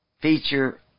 feature